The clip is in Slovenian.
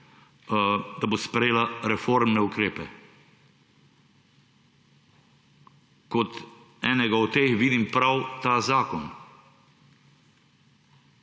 da bo sprejela reformne ukrepe. Kot enega od teh vidim prav ta zakon.